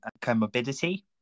comorbidity